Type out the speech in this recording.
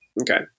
Okay